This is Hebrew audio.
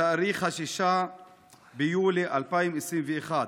בתאריך 6 ביולי 2021,